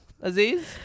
aziz